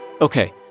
Okay